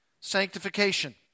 sanctification